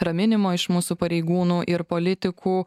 raminimo iš mūsų pareigūnų ir politikų